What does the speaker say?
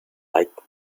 like